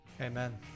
amen